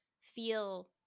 feel